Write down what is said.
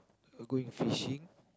going fishing